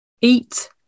eat